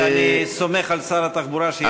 ואני סומך על שר התחבורה שיעשה כמיטב יכולתו.